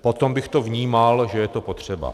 Potom bych to vnímal, že je to potřeba.